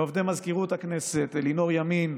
לעובדי מזכירות הכנסת אלינור ימין,